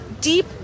deep